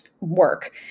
work